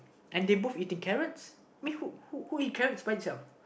and they both eating carrots mean who who eats carrots by itself